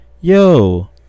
yo